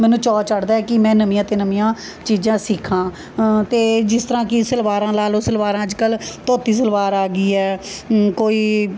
ਮੈਨੂੰ ਚਾਅ ਚੜ੍ਹਦਾ ਕਿ ਮੈਂ ਨਵੀਆਂ ਤੋਂ ਨਵੀਆਂ ਚੀਜ਼ਾਂ ਸਿੱਖਾਂ ਅਤੇ ਜਿਸ ਤਰ੍ਹਾਂ ਕਿ ਸਲਵਾਰਾਂ ਲਾ ਲਉ ਸਲਵਾਰਾਂ ਅੱਜ ਕੱਲ੍ਹ ਧੋਤੀ ਸਲਵਾਰ ਆ ਗਈ ਹੈ ਕੋਈ